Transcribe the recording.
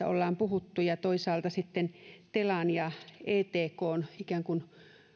ollaan puhuttu ja toisaalta sitten telan ja etkn ikään kuin